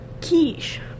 quiche